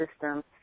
system